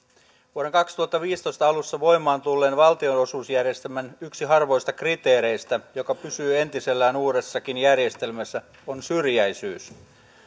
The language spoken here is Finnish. vuoden kaksituhattaviisitoista alussa voimaan tulleen valtionosuusjärjestelmän yksi harvoista kriteereistä joka pysyy entisellään uudessakin järjestelmässä on syrjäisyys